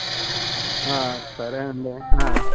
ఆ సరే అండి